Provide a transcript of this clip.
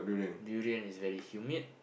durian is very humid